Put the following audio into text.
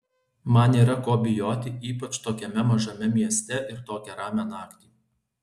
man nėra ko bijoti ypač tokiame mažame mieste ir tokią ramią naktį